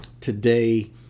today